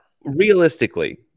Realistically